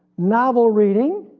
novel reading,